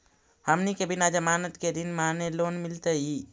हमनी के बिना जमानत के ऋण माने लोन मिलतई?